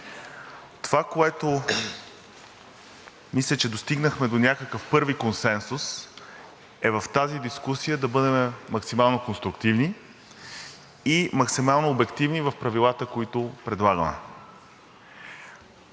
Това, за което мисля, че достигнахме до някакъв първи консенсус, е в тази дискусия да бъдем максимално конструктивни и максимално обективни в правилата, които предлагаме.